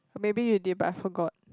maybe you did but I forgot